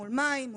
מול מים.